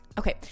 Okay